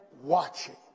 watching